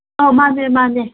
ꯑꯧ ꯃꯥꯅꯦ ꯃꯥꯅꯦ